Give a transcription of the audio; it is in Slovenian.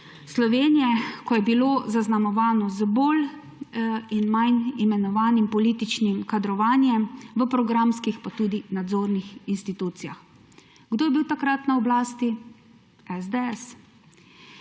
Slovenije, ki je bilo zaznamovano z bolj in manj imenovanim političnim kadrovanjem v programskih in tudi nadzornih institucijah. Kdo je bil takrat na oblasti? SDS.